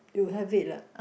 you have it lah